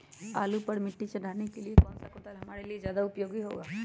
आलू पर मिट्टी चढ़ाने के लिए कौन सा कुदाल हमारे लिए ज्यादा उपयोगी होगा?